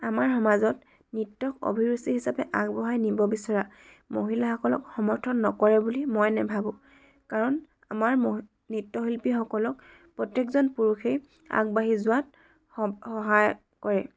আমাৰ সমাজত নৃত্যক অভিৰুচি হিচাপে আগবঢ়াই নিব বিচৰা মহিলাসকলক সমৰ্থন নকৰে বুলি মই নেভাবোঁ কাৰণ আমাৰ ম নৃত্যশিল্পীসকলক প্ৰত্যেকজন পুৰুষেই আগবাঢ়ি যোৱাত স সহায় কৰে